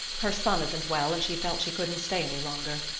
her son isn't well and she felt she couldn't stay any longer.